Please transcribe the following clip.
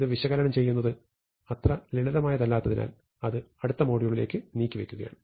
ഇത് വിശകലനം ചെയ്യുന്നത് അത്ര ലളിതമായതല്ലാത്തതിനാൽ അത് അടുത്ത മോഡ്യൂളിലേക്ക് നീട്ടിവെക്കുകയാണ്